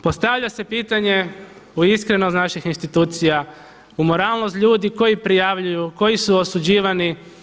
Postavlja se pitanje u iskrenost naših institucija, u moralnost ljudi koji prijavljuju, koji su osuđivani.